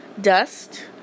dust